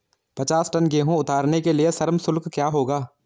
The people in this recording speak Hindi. पचास टन गेहूँ उतारने के लिए श्रम शुल्क क्या होगा?